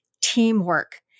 teamwork